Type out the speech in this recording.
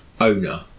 owner